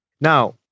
Now